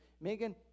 Megan